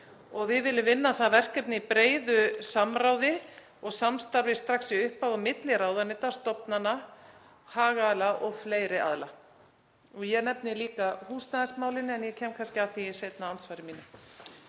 Við viljum vinna það verkefni í breiðu samráði og samstarfi strax í upphafi milli ráðuneyta, stofnana, hagaðila og fleiri aðila. Ég get nefnt líka húsnæðismálin en ég kem kannski að því í seinna andsvari mínu.